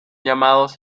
llamados